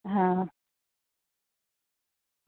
હા